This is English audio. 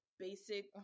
basic